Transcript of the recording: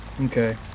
Okay